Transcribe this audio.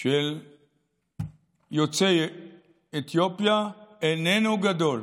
של יוצאי אתיופיה איננו גדול,